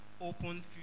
open